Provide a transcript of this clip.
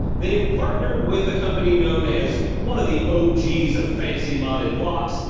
they've partnered with a company known as one of the og's of fancy modded glocks,